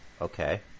Okay